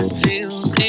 feels